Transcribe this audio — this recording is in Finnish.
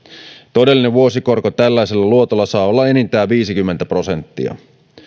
todellinen vuosikorko tällaisella luotolla saa olla enintään viisikymmentä prosenttia